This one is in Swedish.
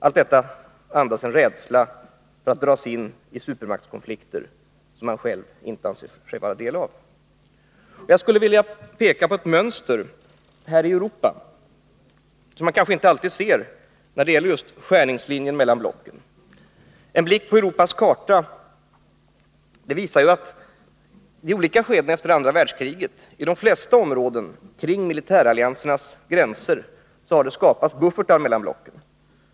Allt detta andas en rädsla för att dras in i en supermaktskonflikt som man inte själv anser sig ha del i. Jag skulle vilja peka på ett mönster här i Europa som man kanske inte alltid ser när det gäller just skärningslinjen mellan blocken. En blick på Europas karta visar att det i olika skeden efter andra världskriget i de flesta områden kring militäralliansernas gränser har skapats buffertar mellan blocken.